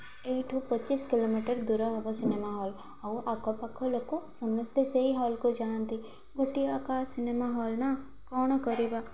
ଏଇଠୁ ପଚିଶ କିଲୋମିଟର ଦୂର ହବ ସିନେମା ହଲ୍ ଆଉ ଆଖପାଖ ଲୋକ ସମସ୍ତେ ସେଇ ହଲ୍କୁ ଯାଆନ୍ତି ଗୋଟିଏକା ସିନେମା ହଲ୍ ନା କ'ଣ କରିବା